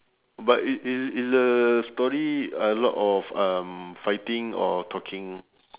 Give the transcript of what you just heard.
but i~ is is the story a lot of um fighting or talking